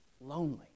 lonely